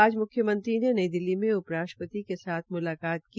आज म्ख्यमंत्री ने नई दिल्ली में उपराष्ट्रपति के साथ मुलाकात की